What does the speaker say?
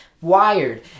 wired